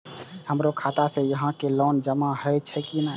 हमरो खाता से यहां के लोन जमा हे छे की ने?